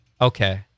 Okay